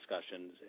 discussions